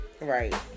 Right